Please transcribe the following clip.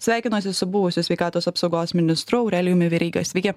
sveikinuosi su buvusiu sveikatos apsaugos ministru aurelijumi veryga sveiki